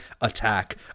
attack